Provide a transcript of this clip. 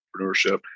entrepreneurship